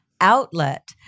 outlet